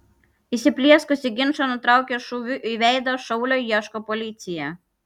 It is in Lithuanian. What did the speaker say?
įsiplieskusį ginčą nutraukė šūviu į veidą šaulio ieško policija